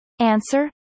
Answer